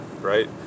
right